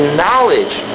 knowledge